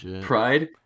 Pride